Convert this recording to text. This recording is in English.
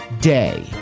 day